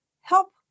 help